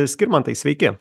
skirmantai sveiki